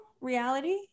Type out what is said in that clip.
reality